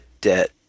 debt